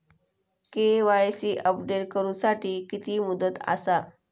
KYC update करू साठी किती मुदत आसा?